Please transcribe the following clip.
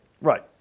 Right